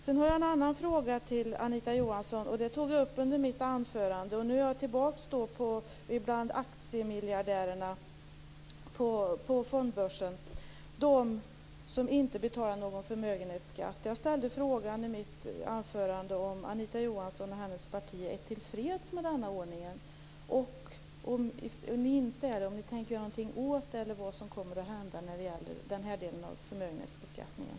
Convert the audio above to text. Sedan har jag en annan fråga till Anita Johansson som jag tog upp i mitt anförande. Nu är jag tillbaka bland aktiemiljardärerna på fondbörsen - de som inte betalar någon förmögenhetsskatt. Jag ställde i mitt anförande frågan om Anita Johansson och hennes parti är till freds med denna ordning. Om ni inte är det, tänker ni göra någonting åt det? Vad kommer att hända när det gäller den här delen av förmögenhetsbeskattningen?